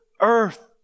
earth